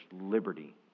liberty